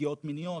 פגיעות מיניות